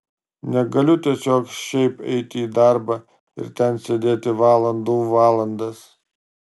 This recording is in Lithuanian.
negaliu tiesiog šiaip eiti į darbą ir ten sėdėti valandų valandas